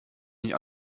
nicht